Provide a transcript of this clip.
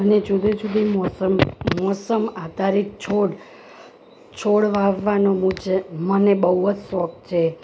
મને જુદી જુદી મોસમ મોસમ આધારિત છોડ છોડ વાવવાનો મને બહુ જ શોખ છે